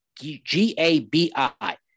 G-A-B-I